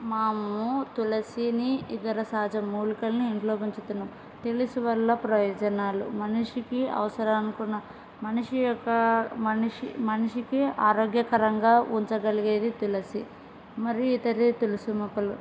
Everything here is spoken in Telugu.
మేము తులసిని ఇతర సహజ మూలికలని ఇంట్లో పెంచుతున్నాం తులసి వల్ల ప్రయోజనాలు మనిషికి అవసరానుకున్న మనిషి యొక్క మనిషి మనిషికి ఆరోగ్యకరంగా ఉంచగలిగేది తులసి మరియు ఇతర తులసి మొక్కలు